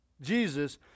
jesus